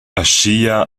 aschia